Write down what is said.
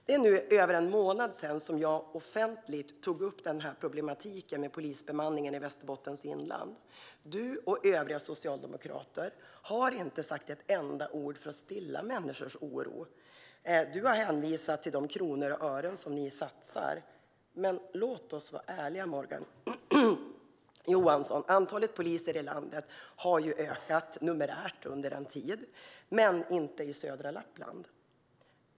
Det är nu över en månad sedan jag offentligt tog upp problematiken med polisbemanningen i Västerbottens inland. Du och övriga socialdemokrater har inte sagt ett enda ord för att stilla människors oro. Du har hänvisat till de kronor och ören som ni satsar, men låt oss vara ärliga, Morgan Johansson! Antalet poliser i landet har ökat numerärt under en tid, men inte i södra Lappland.